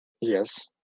Yes